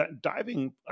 diving